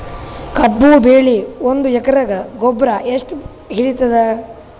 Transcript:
ಕಬ್ಬು ಬೆಳಿ ಒಂದ್ ಎಕರಿಗಿ ಗೊಬ್ಬರ ಎಷ್ಟು ಹಿಡೀತದ?